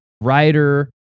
writer